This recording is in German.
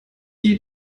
die